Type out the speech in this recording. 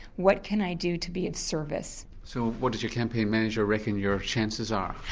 what can i do to be of service. so what did your campaign manager reckon your chances are?